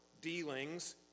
dealings